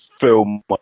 film